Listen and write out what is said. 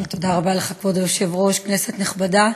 כבוד היושב-ראש, תודה רבה לך, כנסת נכבדה,